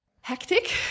Hectic